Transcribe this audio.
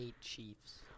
Chiefs